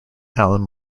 alan